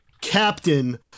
Captain